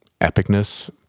epicness